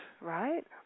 right